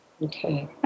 Okay